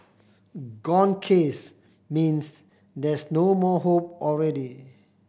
gone case means there's no more hope already